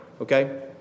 Okay